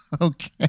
okay